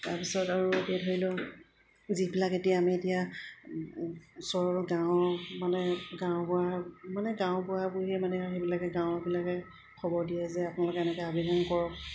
তাৰপিছত আৰু এতিয়া ধৰি লওক যিবিলাক এতিয়া আমি এতিয়া ওচৰৰ গাঁৱৰ মানে গাঁওবুঢ়া মানে গাঁওবুঢ়া বুঢ়ী মানে আৰু সেইবিলাকে গাঁওবিলাকে খবৰ দিয়ে যে আপোনালোকে এনেকৈ আবেদন কৰক